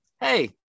hey